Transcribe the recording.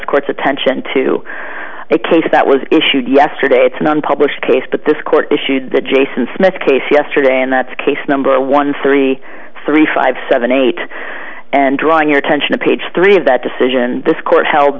court's attention to a case that was issued yesterday it's an unpublished case but this court issued the jason smith case yesterday and that's case number one three three five seven eight and drawing your attention to page three of that decision this court held